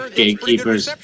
gatekeepers